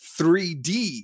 3d